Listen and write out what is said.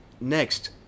Next